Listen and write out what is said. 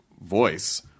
voice